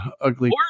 ugly